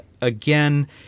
Again